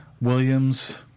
Williams